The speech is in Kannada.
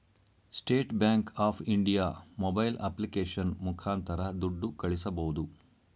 state Bank of India mobile application ಮುಖಾಂತರ ದುಡ್ಡು ಕಳಿಸಬೋದು